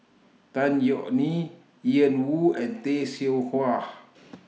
Tan Yeok Nee Ian Woo and Tay Seow Huah